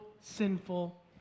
sinful